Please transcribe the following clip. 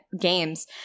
games